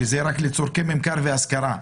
שאומר שזה רק לצרכי ממכר והשכרה.